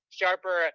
sharper